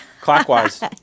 clockwise